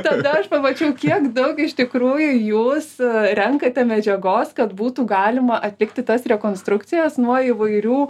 tada aš pamačiau kiek daug iš tikrųjų jūs renkate medžiagos kad būtų galima atlikti tas rekonstrukcijas nuo įvairių